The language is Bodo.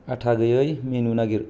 आटा गैयै मेनु नागिर